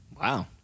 Wow